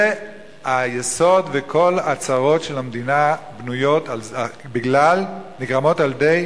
זה היסוד, וכל הצרות של המדינה נגרמות על-ידי